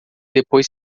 depois